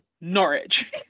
Norwich